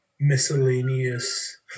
miscellaneous